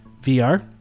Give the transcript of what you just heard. vr